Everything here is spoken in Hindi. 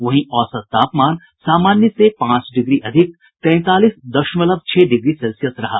वहीं औसत तापमान सामान्य से पांच डिग्री अधिक तैंतालीस दशमलव छह डिग्री सेल्सियस रहा